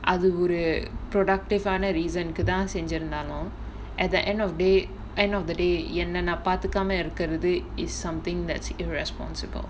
அது ஒரு:athu oru productive வான:vaana reason கு தான் செஞ்சிருந்தாலும்:ku thaan senjirunthaalum at the end of day end of the day என்னன்னா பாத்துக்காம இருக்குறது:ennaannaa paathukaama irukkurathu is something that's irresponsible